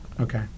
Okay